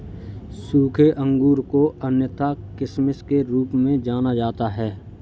सूखे अंगूर को अन्यथा किशमिश के रूप में जाना जाता है